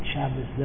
Shabbos